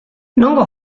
nongo